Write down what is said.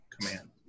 command